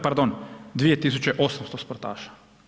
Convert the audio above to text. Pardon, 2 800 sportaša.